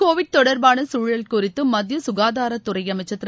Covid தொடர்பான சூழல் குறித்து மத்திய கஙாதார துறை அமைச்சர் திரு